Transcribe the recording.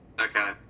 Okay